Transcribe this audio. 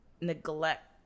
neglect